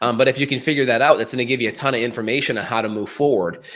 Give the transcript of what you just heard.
um but if you can figure that out, it's gonna give you a ton of information to how to move forward.